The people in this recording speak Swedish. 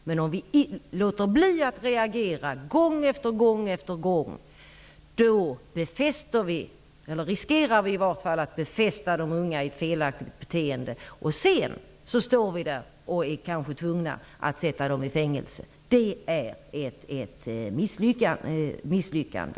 Men om vi låter bli att reagera gång efter gång riskerar vi att befästa de unga i ett felaktigt beteende. Sedan kanske vi är tvungna att sätta dem i fängelse. Det är ett misslyckande.